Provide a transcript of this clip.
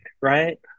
right